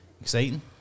exciting